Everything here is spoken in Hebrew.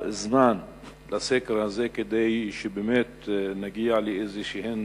הזמן לסקר הזה, כדי שנגיע לאיזשהן